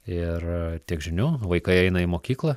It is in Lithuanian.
ir tiek žinių vaikai eina į mokyklą